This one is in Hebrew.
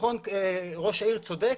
ראש העיר צודק,